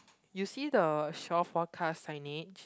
you see the shore forecast signage